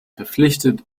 verpflichtet